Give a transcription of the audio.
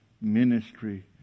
ministry